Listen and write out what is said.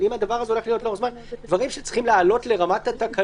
אבל אם הדבר הזה הולך להיות לאורך זמן לעלות לרמת התקנות,